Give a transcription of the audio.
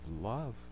love